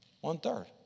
One-third